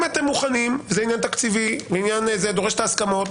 אם אתם מוכנים זה עניין תקציבי ודורש הסכמות.